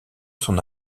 son